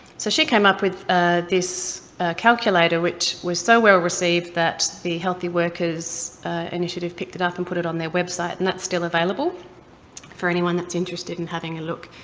so she came up with this calculator which was so well-received that the healthy workers initiative picked it up and put it on their website, and that's still available for anyone that's interested in having a look.